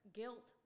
guilt